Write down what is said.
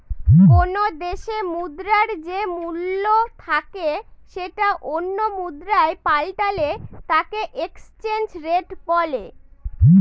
কোনো দেশে মুদ্রার যে মূল্য থাকে সেটা অন্য মুদ্রায় পাল্টালে তাকে এক্সচেঞ্জ রেট বলে